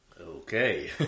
Okay